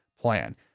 plan